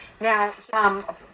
Now